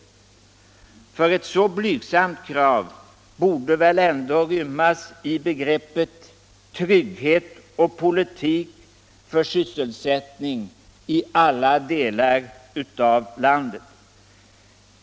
Ett tillmötesgående av ett så blygsamt krav borde väl ändå rymmas i begreppen trygghet och politik för sysselsättning i alla delar av landet.